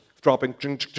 dropping